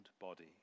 body